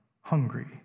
hungry